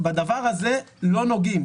בדבר הזה לא נוגעים.